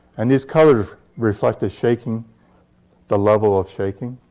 and these colors reflect the shaking the level of shaking.